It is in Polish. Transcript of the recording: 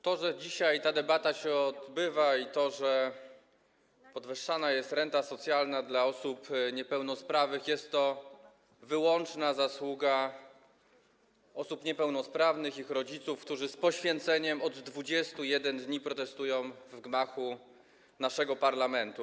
To, że dzisiaj ta debata się odbywa i że podwyższana jest renta socjalna dla osób niepełnosprawnych, to wyłączna zasługa osób niepełnosprawnych i ich rodziców, którzy z poświęceniem od 21 dni protestują w gmachu naszego parlamentu.